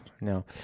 no